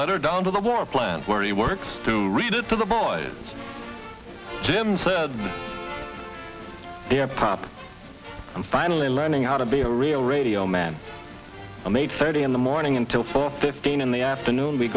letter down to the war plant where he works to read it to the boys jim said yeah prop and finally learning how to be a real radio man i made thirty in the morning until four fifteen in the afternoon we